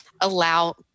allow